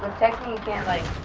um texting can't like